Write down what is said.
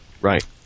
Right